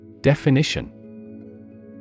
Definition